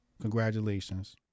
congratulations